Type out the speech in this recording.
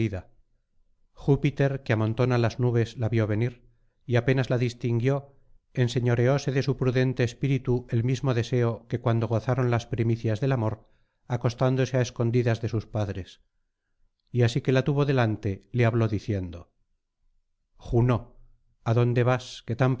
júpiter que amontona las nubes la vio venir y apenas la distinguió enseñoreóse de su prudente espíritu el mismo deseo que cuando gozaron las primicias del amor acostándose á escondidas de sus padres y así que la tuvo delante le habló diciendo juno adonde vas que tan